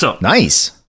Nice